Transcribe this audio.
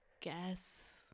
guess